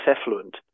effluent